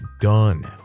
done